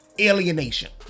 alienation